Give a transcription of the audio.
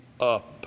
up